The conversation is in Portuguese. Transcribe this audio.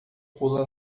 pula